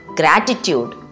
gratitude